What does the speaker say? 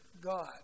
God